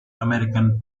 american